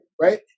right